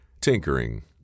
tinkering